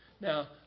Now